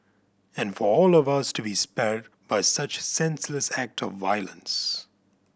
and for all of us to be spared by such senseless act of violence